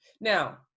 Now